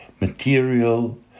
material